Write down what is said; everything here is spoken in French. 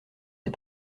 des